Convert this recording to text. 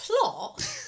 plot